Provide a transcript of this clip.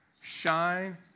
Shine